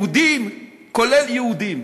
כולל יהודים?